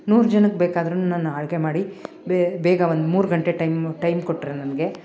ನೂರು ಜನಕ್ಕೆ ಬೇಕಾದರೂ ನಾನು ಅಡಿಗೆ ಮಾಡಿ ಬೇ ಬೇಗ ಒಂದು ಮೂರು ಗಂಟೆ ಟೈಮ್ ಟೈಮ್ ಕೊಟ್ರೆ ನನಗೆ